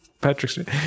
Patrick